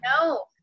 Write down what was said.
No